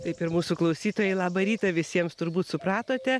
taip ir mūsų klausytojai labą rytą visiems turbūt supratote